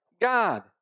God